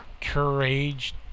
Courage